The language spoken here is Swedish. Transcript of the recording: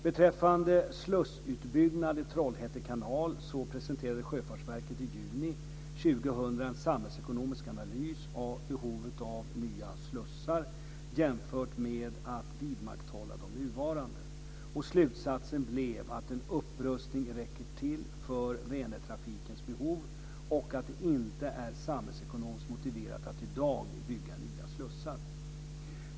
Beträffande slussutbyggnad i Trollhätte kanal så presenterade Sjöfartsverket i juni 2000 en samhällsekonomisk analys av behovet av nya slussar jämfört med att vidmakthålla de nuvarande. Slutsatsen blev att en upprustning räcker till för Vänertrafikens behov och att det inte är samhällsekonomiskt motiverat att i dag bygga nya slussar.